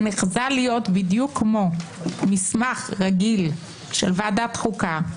שנחזה להיות בדיוק כמו מסמך רגיל של ועדת החוקה,